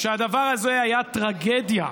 שהדבר הזה היה טרגדיה,